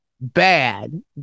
Bad